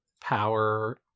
power